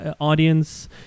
audience